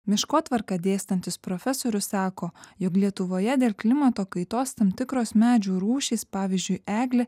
miškotvarką dėstantis profesorius sako jog lietuvoje dėl klimato kaitos tam tikros medžių rūšys pavyzdžiui eglė